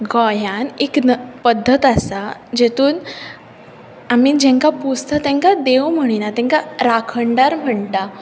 गोंयांन एक न पद्दत आसा जेतून आमी जांकां पुजता तांकां देव म्हणिनात तांकां राखणदार म्हणटा